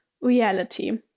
reality